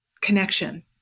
connection